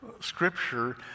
Scripture